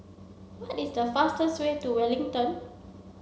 what is the fastest way to Wellington